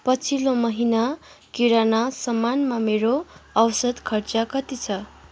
पछिल्लो महिना किराना सामानमा मेरो औसत खर्चा कति छ